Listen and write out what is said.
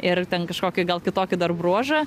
ir ten kažkokį gal kitokį dar bruožą